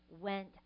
went